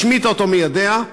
השמיטה אותה מידיה,